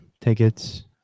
tickets